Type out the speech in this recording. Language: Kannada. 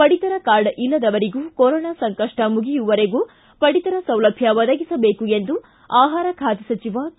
ಪಡಿತರ ಕಾರ್ಡ್ ಇಲ್ಲದವರಿಗೂ ಕೊರೊನಾ ಸಂಕಷ್ಷ ಮುಗಿಯುವವರೆಗೂ ಪಡಿತರ ಸೌಲಭ್ಯ ಒದಗಿಸಬೇಕು ಎಂದು ಆಹಾರ ಖಾತೆ ಸಚಿವ ಕೆ